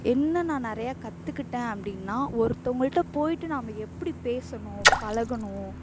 என்ன நான் நிறையா கற்றுக்கிட்டேன் அப்படின்னா ஒருத்தங்கள்ட்ட போய்ட்டு நாம் எப்படி பேசுணும் பழகணும்